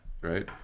Right